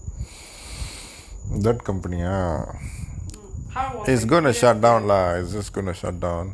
mm how was the experience there